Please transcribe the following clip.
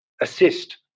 assist